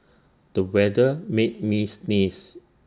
the weather made me sneeze